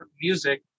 music